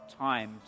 time